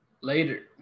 Later